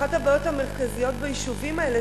אחת הבעיות המרכזיות ביישובים האלה,